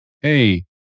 hey